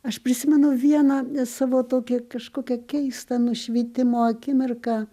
aš prisimenu vieną savo tokį kažkokią keistą nušvitimo akimirką